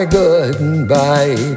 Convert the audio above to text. goodbye